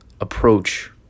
approach